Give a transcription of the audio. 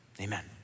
Amen